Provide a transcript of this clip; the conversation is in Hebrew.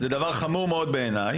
זה דבר חמור מאוד בעיניי.